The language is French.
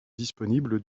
disponibles